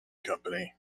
company